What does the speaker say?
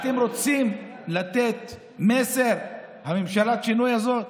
אתם רוצים לתת מסר, ממשלת השינוי הזאת?